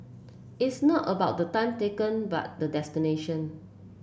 it's not about the time taken but the destination